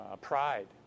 pride